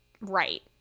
right